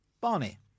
Barney